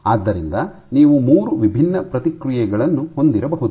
ಆದ್ದರಿಂದ ನೀವು ಮೂರು ವಿಭಿನ್ನ ಪ್ರತಿಕ್ರಿಯೆಗಳನ್ನು ಹೊಂದಿರಬಹುದು